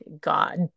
God